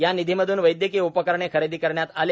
या निधीमधून वैद्यकीय उपकरणे खरेदी करण्यात आले